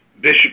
Bishop